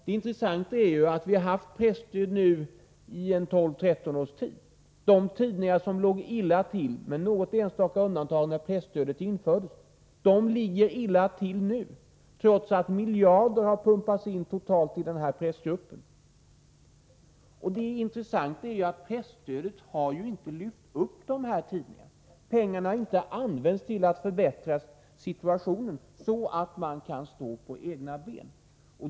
Det intressanta är ju, när vi nu har haft presstöd i 12-13 års tid, att de tidningar som låg illa till när presstödet infördes, med något enstaka undantag, ligger illa till nu, trots att miljarder har pumpats in totalt i den pressgruppen. Presstödet har inte lyft upp de här tidningarna. Pengarna har inte använts till att förbättra situationen så att tidningarna kan stå på egna ben.